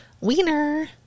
Wiener